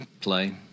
play